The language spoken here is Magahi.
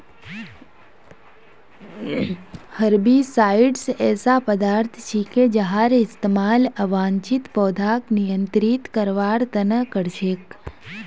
हर्बिसाइड्स ऐसा पदार्थ छिके जहार इस्तमाल अवांछित पौधाक नियंत्रित करवार त न कर छेक